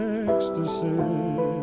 ecstasy